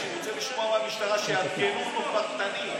הוא רוצה לשמוע מהמשטרה שיעדכנו אותו בקטנים,